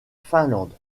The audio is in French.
finlande